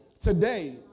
today